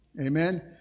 Amen